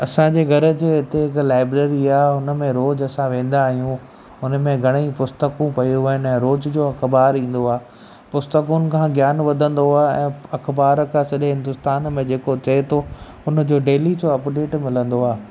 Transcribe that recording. असांजे घर जे हिते हिक लाएब्ररी आहे हुन में रोज़ु असां वेंदा आहियूं हुन में घणेई पुस्तकूं पेयूं आहिनि ऐं रोज़ु जो अख़बारु ईंदो आहे पुस्तकुनि खां ज्ञान वधंदो आहे ऐं अख़बार खां सॼे हिंदुस्तान में जेको थिए थो हुनजो डेली जो अपडेट मिलंदो आहे